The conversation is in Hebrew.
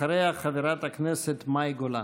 אחריה, חברת הכנסת מאי גולן.